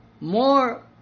More